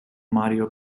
mario